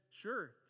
sure